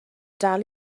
dal